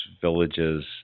villages